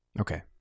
Okay